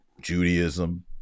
Judaism